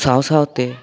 ᱥᱟᱶ ᱥᱟᱶᱛᱮ